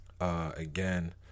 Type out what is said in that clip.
Again